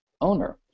owner